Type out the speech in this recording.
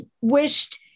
wished